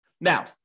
Now